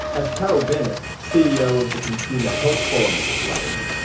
as carol bennett, ceo of the consumer health forum explains,